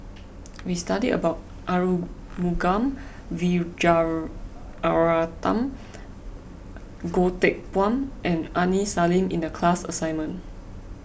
we studied about Arumugam Vijiaratnam Goh Teck Phuan and Aini Salim in the class assignment